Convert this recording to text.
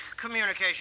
communication